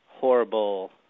horrible